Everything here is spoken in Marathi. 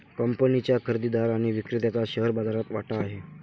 कंपनीच्या खरेदीदार आणि विक्रेत्याचा शेअर बाजारात वाटा आहे